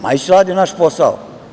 Majić radi naš posao.